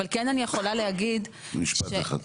אבל כן אני יכולה להגיד, משפט אחד,